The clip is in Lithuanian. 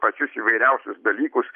pačius įvairiausius dalykus